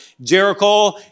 Jericho